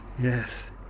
Yes